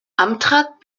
amtrak